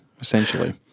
essentially